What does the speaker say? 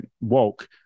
woke